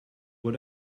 what